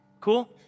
Cool